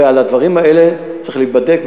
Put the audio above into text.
ועל הדברים האלה צריך להיבדק,